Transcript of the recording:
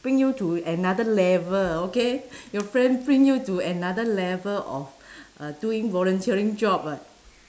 bring you to another level okay your friend bring you to another level of uh doing volunteering job [what]